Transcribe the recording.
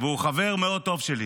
והוא חבר מאוד טוב שלי.